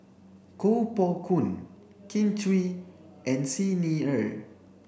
Koh Poh Koon Kin Chui and Xi Ni Er